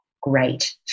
great